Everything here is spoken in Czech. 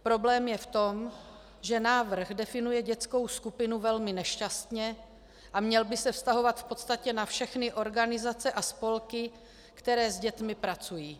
Problém je v tom, že návrh definuje dětskou skupinu velmi nešťastně a měl by se vztahovat v podstatě na všechny organizace a spolky, které s dětmi pracují.